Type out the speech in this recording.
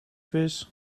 quiz